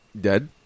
dead